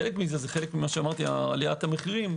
חלק מזה זה עליית המחירים,